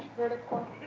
verdict but